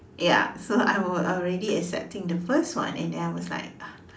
ya so I were already accepting the first one and then I was like